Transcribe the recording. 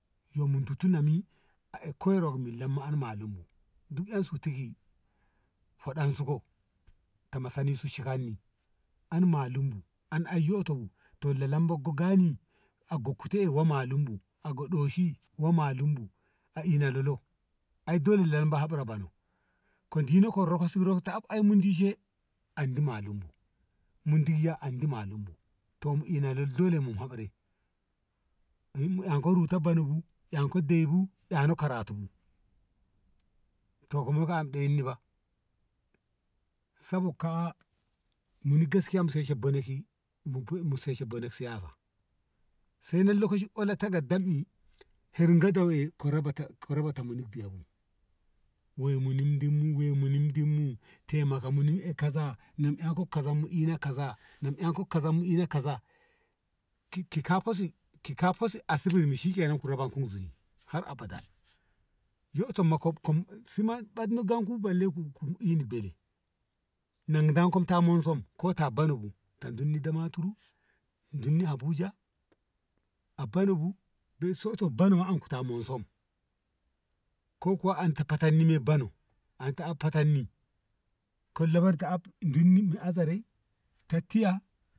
yomi duti nami koyarwa an millanmu ai malumu duk su kutiki hoɗan su go ta masanin su cikann ni an malu bu an an yoto bu to la lamba ko gani a ko kuti wa malu bu a ina lolo ai dole la lamba habri bano ko diko ko rokse ai mudishe handu malu bu mu diyya an di malu bu to ina na lolo dole mu habre mu ina rutabonobu an dei bu eno karatu bu ko ka moi ko ibu ba muni gaskiya mu seshe bone be siyasa saina lokaciola takadda dam i her goda we koraba te koraba te biyamu we muni din mu we muni din mu we muni din mu temake mu ena kaza nem mu em ka kaza mu em ko kaza ki ka fa si ki ka fa si asibir fa shike nan ku rabun ni si har abada yoto ma kom kom ni gam kun balle ku in bele nan gomkom ta mon som mo bu ta dunni damaturu ta dunni abuja a bano bu be soto a bono ta ka men som ko kuwa an tafeten ni me beno an ta a feten ni ko labar a dinni azare ti tiya.